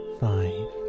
five